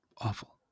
awful